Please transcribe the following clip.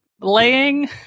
laying